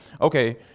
okay